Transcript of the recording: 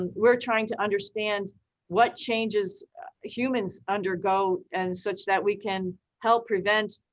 and we're trying to understand what changes humans undergo and such that we can help prevent,